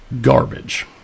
garbage